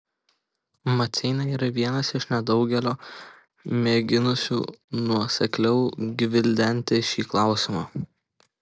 maceina yra vienas iš nedaugelio mėginusių nuosekliau gvildenti šį klausimą